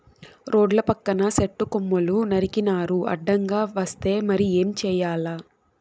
రోడ్ల పక్కన సెట్టు కొమ్మలు నరికినారు అడ్డంగా వస్తే మరి ఏం చేయాల